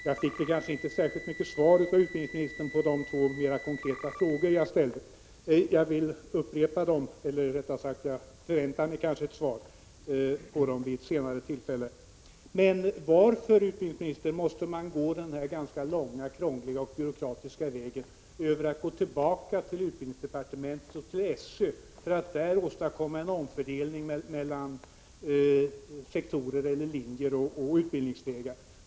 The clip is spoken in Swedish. Herr talman! Jag fick inte mycket till svar av utbildningsministern på de två mer konkreta frågor jag ställde. Jag förväntar mig ett svar på dem vid ett senare tillfälle. Men varför, utbildningsministern, måste man gå den ganska långa, krångliga och byråkratiska vägen tillbaka över utbildningsdepartementet och SÖ för att där åstadkomma en omfördelning mellan sektorer eller linjer och utbildningsvägar?